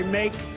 make